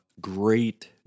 great